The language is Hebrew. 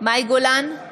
מאי גולן,